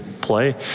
play